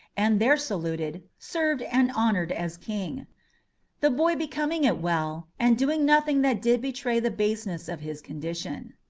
and there saluted, served, and honoured as king the boy becoming it well, and doing nothing that did betray the baseness of his condition.